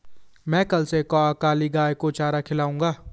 मैं कल से काली गाय को चारा खिलाऊंगा